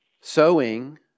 Sowing